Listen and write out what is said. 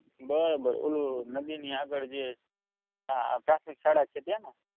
બરાબર ઓલું નદીની આગળ જે આ પ્રાથમિક શાળા છે ત્યાં